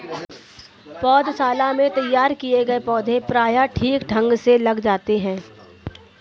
पौधशाला में तैयार किए गए पौधे प्रायः ठीक ढंग से लग जाते हैं